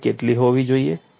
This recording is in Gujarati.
લંબાઈ કેટલી હોવી જોઈએ